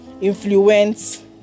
influence